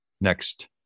Next